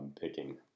picking